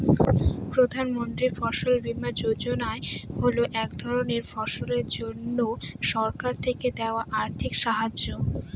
প্রধান মন্ত্রী ফসল বীমা যোজনা হল এক ধরনের ফসলের জন্যে সরকার থেকে দেওয়া আর্থিক সাহায্য